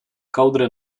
kołdrę